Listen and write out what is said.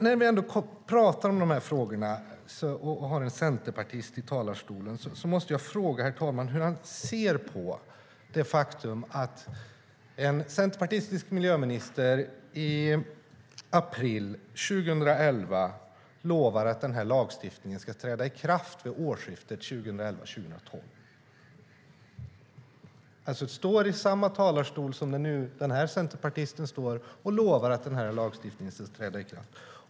När vi ändå pratar om dessa frågor och har en centerpartist i talarstolen måste jag fråga, herr talman, hur han ser på det faktum att en centerpartistisk miljöminister i april 2011 lovar att denna lagstiftning ska träda i kraft vid årsskiftet 2011/12. Han står alltså i samma talarstol som denne centerpartist och lovar att denna lagstiftning ska träda i kraft.